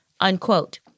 unquote